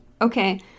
okay